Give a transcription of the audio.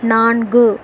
நான்கு